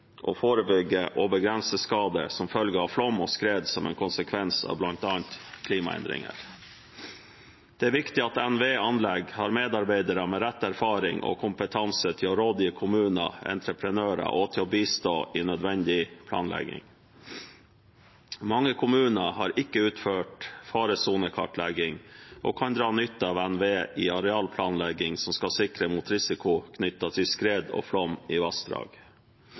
og forebygge og begrense skade som følge av flom og skred – som en konsekvens av bl.a. klimaendringer. Det er viktig at NVE Anlegg har medarbeidere med rett erfaring og kompetanse til å gi råd til kommuner og entreprenører og å bistå i nødvendig planlegging. Mange kommuner har ikke utført faresonekartlegging og kan dra nytte av NVE i arealplanlegging som skal sikre mot risiko knyttet til skred og flom i vassdrag.